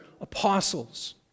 apostles